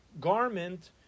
garment